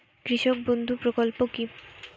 কৃষক বন্ধু প্রকল্প কি?